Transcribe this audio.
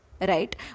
Right